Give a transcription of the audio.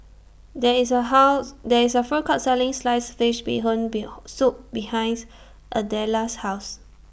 There IS A House There IS A Food Court Selling Sliced Fish Bee Hoon Bee Hoon Soup behind's Adela's House